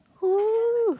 !whoo!